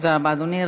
תודה רבה, אדוני.